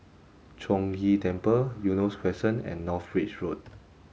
Chong Ghee Temple Eunos Crescent and North Bridge Road